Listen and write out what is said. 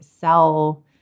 sell